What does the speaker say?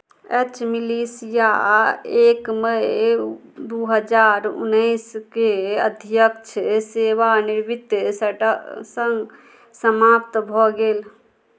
H militia आ एक मइ दू हजार उन्नैसकेँ अध्यक्ष सेवानिवृत्ति सडग सङ्ग समाप्त भऽ गेल